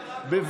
(קוראת בשמות חברי הכנסת) יעקב אשר,